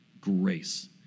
grace